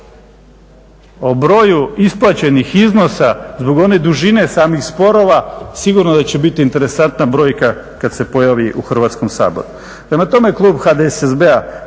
o broju isplaćenih iznosa zbog one dužine samih sporova sigurno da će biti interesantna brojka kad se pojavi u Hrvatskom saboru. Prema tome, klub HDSSB-a